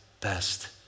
best